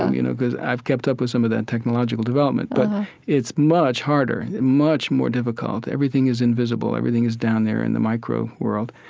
you know, because i've kept up with some of that technological development mm-hmm but it's much harder, much more difficult. everything is invisible. everything is down there in the micro world.